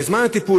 בזמן הטיפול,